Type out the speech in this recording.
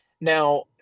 Now